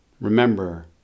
Remember